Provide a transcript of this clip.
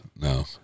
No